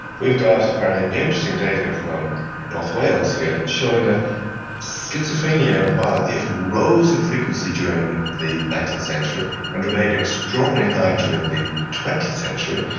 we've got very interesting data from north wales here showing that schizophrenia, and while it rose in frequency during the nineteenth century and remained extraordinarily high during the twentieth century,